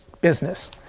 business